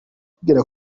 akigera